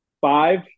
Five